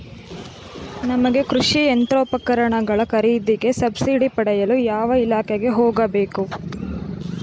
ನಮಗೆ ಕೃಷಿ ಯಂತ್ರೋಪಕರಣಗಳ ಖರೀದಿಗೆ ಸಬ್ಸಿಡಿ ಪಡೆಯಲು ಯಾವ ಇಲಾಖೆಗೆ ಹೋಗಬೇಕು?